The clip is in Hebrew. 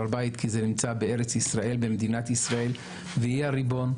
הבית כי זה נמצא במדינת ישראל שהיא הריבון.